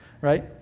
right